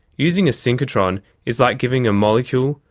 using a synchrotron is like giving a molecule,